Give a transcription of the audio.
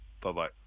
Bye-bye